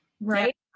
Right